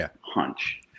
hunch